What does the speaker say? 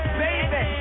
baby